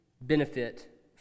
benefit